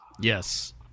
Yes